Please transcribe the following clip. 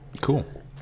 Cool